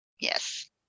yes